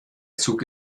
zug